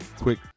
quick